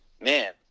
man